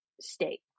state